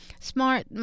Smart